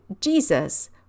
Jesus